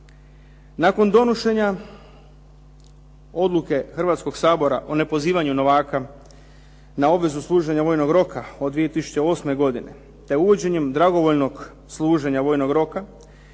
Nakon donošenja odluke Hrvatskog sabora o nepozivanju novaka na obvezu služenja vojnog roka od 2008. godine te uvođenjem dragovoljnog služenja vojnog roka,